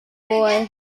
boy